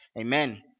Amen